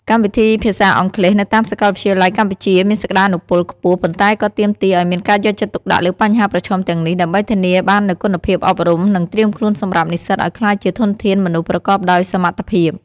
កម្មវិធីភាសាអង់គ្លេសនៅតាមសាកលវិទ្យាល័យកម្ពុជាមានសក្តានុពលខ្ពស់ ប៉ុន្តែក៏ទាមទារឱ្យមានការយកចិត្តទុកដាក់លើបញ្ហាប្រឈមទាំងនេះ ដើម្បីធានាបាននូវគុណភាពអប់រំ និងត្រៀមខ្លួនសម្រាប់និស្សិតឱ្យក្លាយជាធនធានមនុស្សប្រកបដោយសមត្ថភាព។